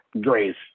Grace